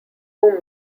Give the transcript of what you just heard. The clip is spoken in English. who